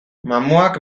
mamuak